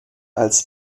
als